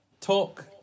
talk